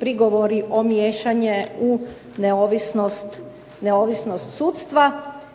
prigovori o miješanju u neovisnost sudstva.